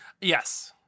yes